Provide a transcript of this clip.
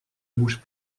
bouche